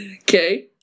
Okay